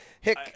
Hick